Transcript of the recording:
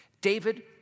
David